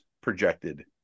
projected